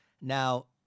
Now